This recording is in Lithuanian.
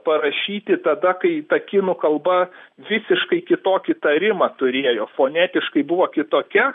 parašyti tada kai ta kinų kalba visiškai kitokį tarimą turėjo fonetiškai buvo kitokia